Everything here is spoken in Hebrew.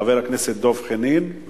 חבר הכנסת דב חנין,